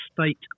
state